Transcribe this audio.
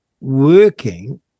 working